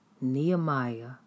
Nehemiah